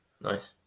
Nice